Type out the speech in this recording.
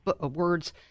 words